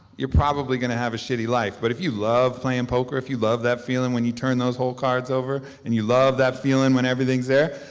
you're probably gonna have a shitty life. but if you love playing poker, if you love that feeling, when you turn those whole cards over, and you love that feeling when everything's there,